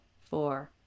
four